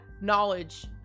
knowledge